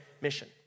mission